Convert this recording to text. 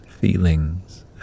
feelings